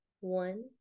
One